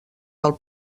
del